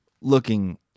looking